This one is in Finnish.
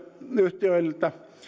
yhtiöiltä